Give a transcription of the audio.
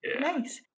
Nice